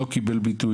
לא קיבל ביטוי?